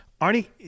Arnie